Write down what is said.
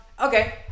Okay